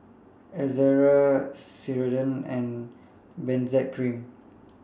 Ezerra Ceradan and Benzac Cream